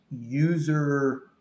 user